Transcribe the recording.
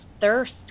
thirst